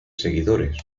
seguidores